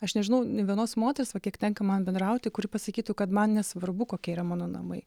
aš nežinau nė vienos moters va kiek tenka man bendrauti kuri pasakytų kad man nesvarbu kokie yra mano namai